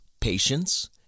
Patience